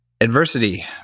adversity